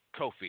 Kofi